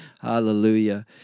Hallelujah